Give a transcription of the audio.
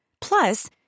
Plus